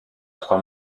trois